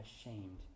ashamed